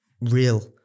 real